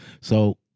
So-